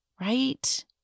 Right